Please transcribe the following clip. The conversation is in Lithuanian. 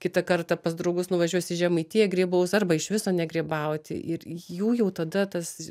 kitą kartą pas draugus nuvažiuos į žemaitiją grybaus arba iš viso negrybauti ir jų jau tada tas